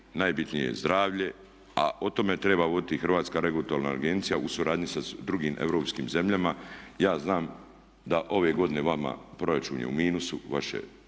Najbitnije je zdravlje a o tome treba voditi i Hrvatska regulatorna agencija u suradnji sa drugim europskim zemljama. Ja znam da ove godine vama proračun je u minusu, vaša